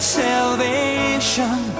salvation